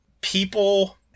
people